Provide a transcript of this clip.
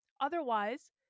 Otherwise